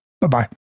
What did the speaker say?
Bye-bye